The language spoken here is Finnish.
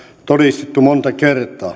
todistettu monta kertaa